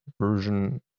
version